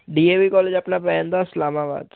D A V college ਆਪਣਾ ਪੈ ਜਾਂਦਾ ਇਸਲਾਮਾਬਾਦ 'ਚ